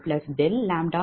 60073